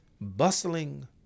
bustling